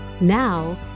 Now